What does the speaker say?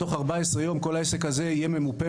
ולכן לצפות שתוך 14 יום כל העסק זה יהיה ממופה,